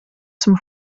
zum